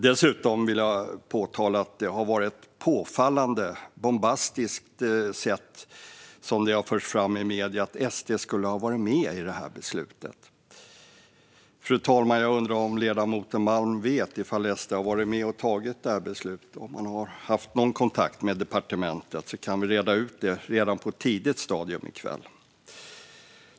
Dessutom vill jag påtala att det på ett påfallande bombastiskt sätt har förts fram i medier att SD skulle ha varit med vid det här beslutet, fru talman. Jag undrar om ledamoten Malm vet om SD har varit med och tagit det här beslutet och om SD har haft någon kontakt med departementet, så att kan vi reda ut det redan på ett tidigt stadium i kväll.